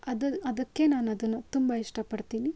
ಅದು ಅದಕ್ಕೆ ನಾನು ಅದನ್ನು ತುಂಬ ಇಷ್ಟಪಡ್ತೀನಿ